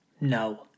No